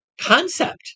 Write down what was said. concept